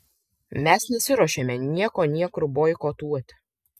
mes nesiruošiame nieko niekur boikotuoti